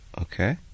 Okay